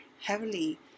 heavily